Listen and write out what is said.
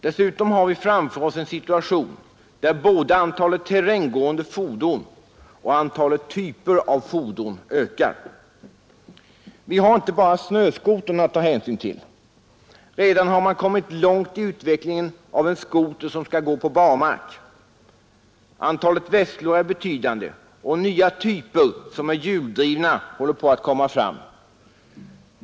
Dessutom har vi framför oss en situation där både antalet terränggående fordon och antalet fordonstyper ökar. Vi har inte bara snöskotern att ta hänsyn till. Redan har man kommit långt i utvecklingen av en skoter som skall gå på barmark. Antalet vesslor är betydande, och nya typer som är hjuldrivna håller på att komma fram.